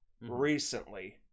recently